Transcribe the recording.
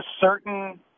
certain